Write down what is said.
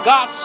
God